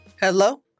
Hello